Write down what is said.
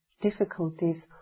difficulties